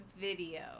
video